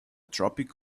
tropic